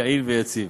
יעיל ויציב.